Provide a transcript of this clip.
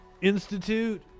institute